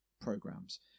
programs